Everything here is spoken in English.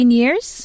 years